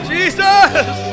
Jesus